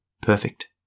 perfect